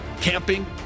camping